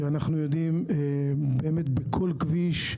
ואנחנו יודעים בכל כביש,